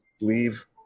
leave